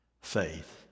faith